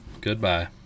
Goodbye